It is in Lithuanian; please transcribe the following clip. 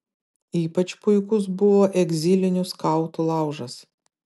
ypač puikus buvo egzilinių skautų laužas